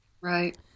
Right